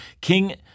king